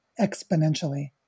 exponentially